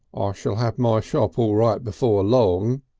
ah shall have my shop all right before long,